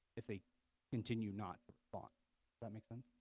if they continue not bond that makes them